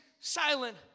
silent